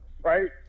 right